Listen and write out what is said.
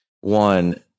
one